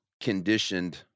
conditioned